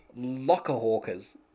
Lockerhawkers